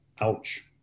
ouch